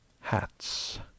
Hats